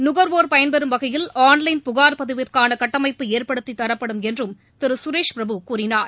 நுகர்வோர் பயன்பெறும் வகையில் ஆன்லைன் புகார் பதிவிற்கான கட்டமைப்பு ஏற்படுத்தித் தரப்படும் என்றும் திரு சுரேஷ் பிரபு கூறினார்